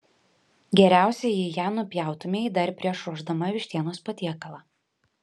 geriausia jei ją nupjautumei dar prieš ruošdama vištienos patiekalą